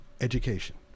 education